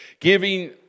giving